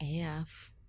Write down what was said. AF